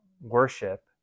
worship